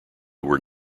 were